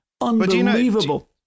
Unbelievable